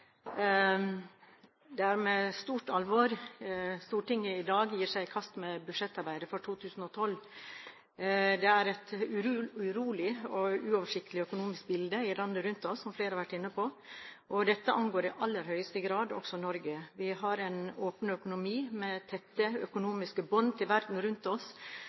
med stort alvor Stortinget i dag gir seg i kast med budsjettarbeidet for 2012. Det er et urolig og uoversiktlig økonomisk bilde i landene rundt oss, som flere har vært inne på. Dette angår i aller høyeste grad også Norge. Vi har en åpen økonomi med tette økonomiske bånd til verden rundt oss.